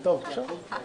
שלום לכולם,